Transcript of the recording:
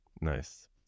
Nice